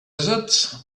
desert